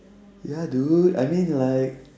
ya dude I mean like